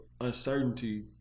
uncertainty